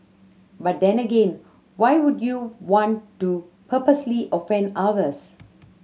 but then again why would you want to purposely offend others